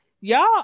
Y'all